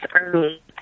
early